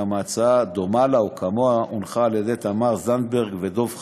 הצעה דומה לה או כמוה הונחה על ידי תמר זנדברג ודב חנין.